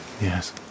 Yes